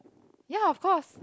ya of course